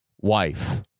wife